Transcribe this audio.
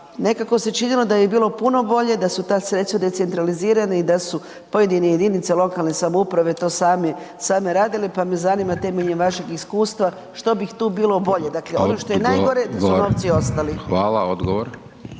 nekako se činilo da bi bilo puno bolje da su ta sredstva decentralizirana i da su pojedine jedinice lokalne samouprave to sami, same radile, pa me zanima temeljem vašeg iskustva što bih tu bilo bolje …/Upadica: Odgovor/… dakle ono što je nagore da su novci ostali. **Hajdaš